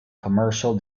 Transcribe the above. commercial